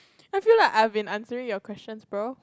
I feel like I've been answering your questions bro